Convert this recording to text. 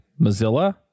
Mozilla